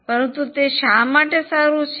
પરંતુ તે શા માટે સારું છે